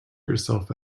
yourself